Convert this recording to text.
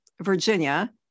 Virginia